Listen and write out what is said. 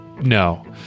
No